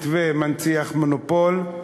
מתווה מנציח מונופול.